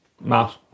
Matt